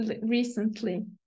recently